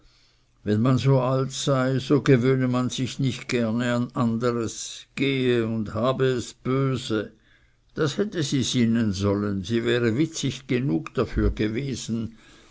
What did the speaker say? wenn man so alt sei so gewöhne man sich nicht gerne anders gehe und habe es bös das hätte sie sinnen sollen sie wäre witzig genug dafür gewesen